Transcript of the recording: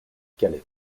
calais